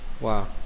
wow